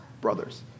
brothers